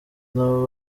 nabo